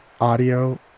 audio